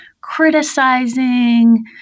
criticizing